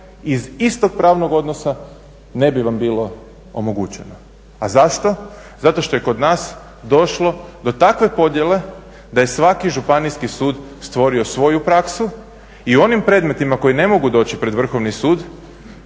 iz istog pravnog odnosa ne bi vam bilo omogućeno. A zašto? Zato što je kod nas došlo do takve podjele da je svaki županijski sud stvorio svoju praksu i u onim predmetima koji ne mogu doći pred Vrhovni sud